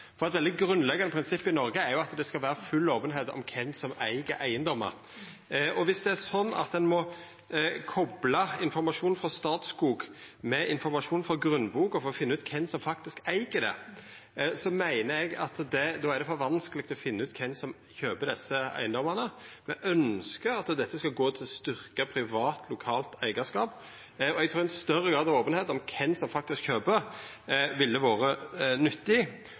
Eit grunnleggjande prinsipp i Noreg er jo at det skal vera full openheit om kven som eig eigedomar. Viss det er slik at ein må kopla informasjon frå Statskog med informasjon frå Grunnboka for å finna ut kven som faktisk eig eigedomen, meiner eg at då er det for vanskeleg å finna ut kven som kjøper desse eigedomane. Me ønskjer at dette skal styrkja privat, lokalt eigarskap, og eg trur ein større grad av openheit om kven som faktisk kjøper, ville vore nyttig.